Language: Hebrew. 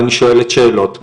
ואני שואלת שאלות,